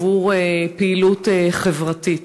עבור פעילות חברתית.